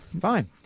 Fine